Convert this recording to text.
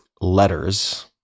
letters